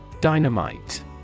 Dynamite